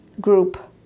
group